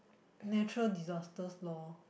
natural disasters lor